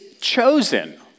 chosen